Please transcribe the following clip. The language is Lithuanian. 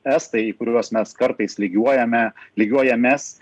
estai į kuriuos mes kartais lygiuojame lygiuojamės